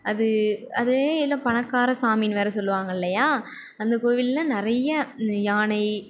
அது அதை ஏன் எல்லாம் பணக்கார சாமின்னு வேறு சொல்லுவாங்க இல்லையா அந்த கோவிலில் நிறைய யானை